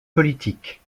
politique